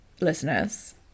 listeners